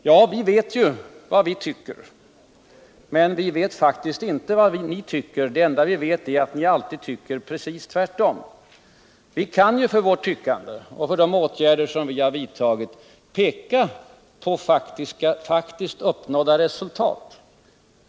Ja, vi vet ju vad vi tycker, men vi vet faktiskt inte vad ni tycker. Det enda vi vet är att ni alltid tycker precis tvärtom. Vi kan när det gäller vårt tyckande och de åtgärder som vi har vidtagit peka på faktiskt uppnådda resultat.